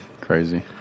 Crazy